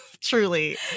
Truly